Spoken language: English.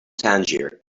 tangier